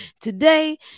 today